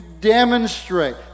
demonstrate